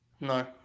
No